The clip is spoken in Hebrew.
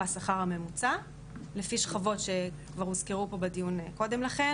השכר הממוצע לפי שכבות שכבר הוזכרו פה בדיון קודם לכן.